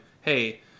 hey